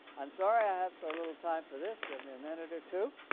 i'm sorry i have so little time for this. give me a minute or two